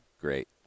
Great